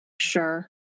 Sure